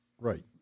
Right